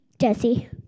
Jesse